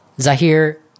Zahir